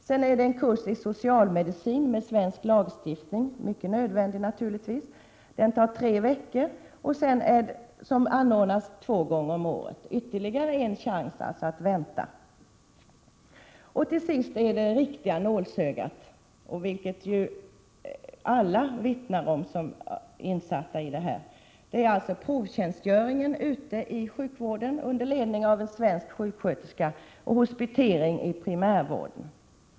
Sedan kommer en kurs i socialmedicin med svensk lagstiftning, som naturligtvis är mycket nödvändig. Den tar tre veckor. Kursen anordnas två gånger om året, och här blir det alltså ytterligare risk för väntan. Till sist kommer det riktiga nålsögat, vilket alla som är insatta i detta vittnar om. Det är provtjänstgöringen ute i sjukvården, under ledning av en svensk sjuksköterska, och hospitering i primärvården.